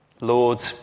Lord